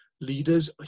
Leaders